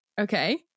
Okay